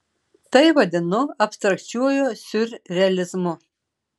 tai vadinu abstrakčiuoju siurrealizmu